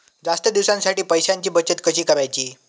जास्त दिवसांसाठी पैशांची बचत कशी करायची?